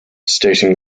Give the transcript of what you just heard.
stating